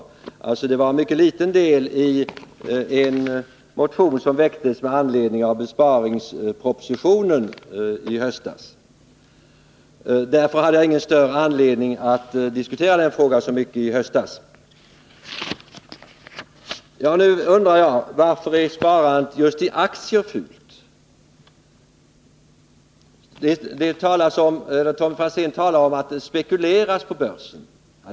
Det var alltså en mycket liten del i en motion som vpk väckte med anledning av besparingspropositionen i höstas. Jag hade därför ingen större anledning att diskutera den frågan så mycket då. Jag undrar varför sparande i just aktier anses så fult. Tommy Franzén talar om att det spekuleras på börsen.